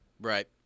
Right